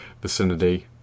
vicinity